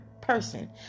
person